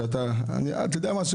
אתה יודע מה?